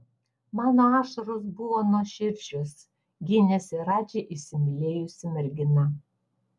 mano ašaros buvo nuoširdžios gynėsi radži įsimylėjusi mergina